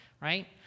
right